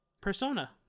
Persona